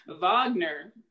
Wagner